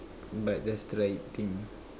but just try eating